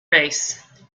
race